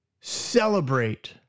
celebrate